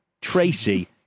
Tracy